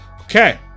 Okay